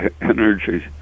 energy